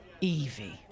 Evie